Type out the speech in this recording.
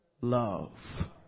love